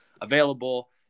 available